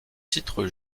titre